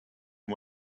and